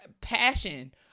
passion